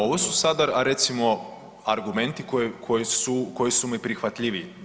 Ovo su sada recimo argumenti koji su mi prihvatljiviji.